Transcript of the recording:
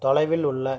தொலைவில் உள்ள